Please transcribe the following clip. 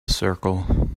circle